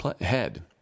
head